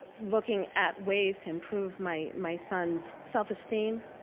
looking at ways to improve my my son's self esteem,